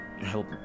help